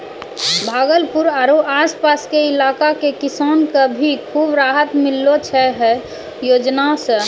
भागलपुर आरो आस पास के इलाका के किसान कॅ भी खूब राहत मिललो छै है योजना सॅ